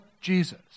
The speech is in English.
Jesus